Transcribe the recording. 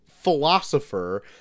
philosopher